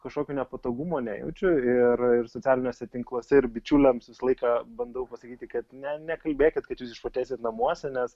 kažkokio nepatogumo nejaučiu ir ir socialiniuose tinkluose ir bičiuliams visą laiką bandau pasakyti kad ne nekalbėkit kad jūs išprotėsit namuose nes